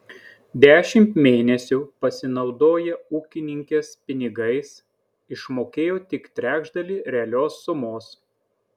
dešimt mėnesių pasinaudoję ūkininkės pinigais išmokėjo tik trečdalį realios sumos